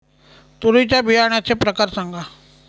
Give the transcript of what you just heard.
तूरीच्या बियाण्याचे प्रकार सांगा